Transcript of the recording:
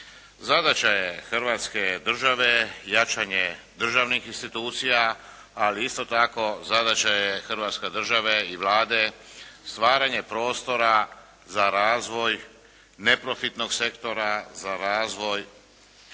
Zadaća je Hrvatske Države jačanje državnih institucija, ali isto tako zadaća je Hrvatske Države i Vlade stvaranje prostora za razvoj neprofitnog sektora, za razvoj